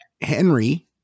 Henry